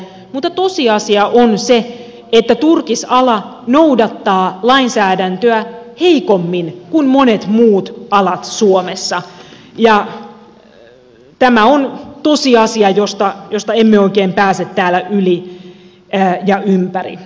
mutta tosiasia on se että turkisala noudattaa lainsäädäntöä heikommin kuin monet muut alat suomessa ja tämä on tosiasia josta emme oikein pääse täällä yli emmekä ympäri